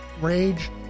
rage